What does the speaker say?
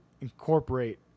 incorporate